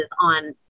on